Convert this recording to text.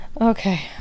Okay